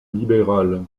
libérale